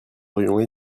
aurions